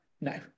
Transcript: No